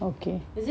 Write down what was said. okay